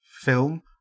film